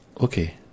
okay